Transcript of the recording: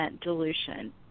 dilution